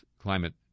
climate